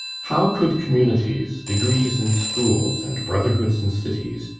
how could communities, degrees in schools, and brotherhoods in cities,